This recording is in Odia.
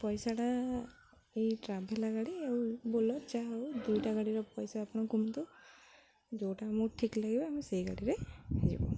ପଇସାଟା ଏଇ ଟ୍ରାଭେଲ୍ ଗାଡ଼ି ଆଉ ବୋଲେରୋ ଯାହା ହେଉ ଦୁଇଟା ଗାଡ଼ିର ପଇସା ଆପଣ କୁହନ୍ତୁ ଯେଉଁଟା ଆମକୁ ଠିକ୍ ଲାଗିବ ଆମେ ସେଇ ଗାଡ଼ିରେ ଯିବୁ